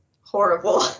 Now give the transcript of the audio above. horrible